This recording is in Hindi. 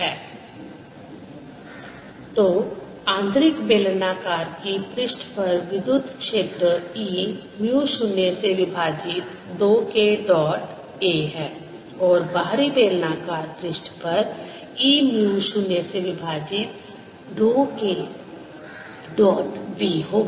E0s2dKdt तो आंतरिक बेलनाकार की पृष्ठ पर विद्युत क्षेत्र E म्यू 0 से विभाजित 2 K डॉट a है और बाहरी बेलनाकार पृष्ठ पर E म्यू 0 से विभाजित 2 K डॉट b होगा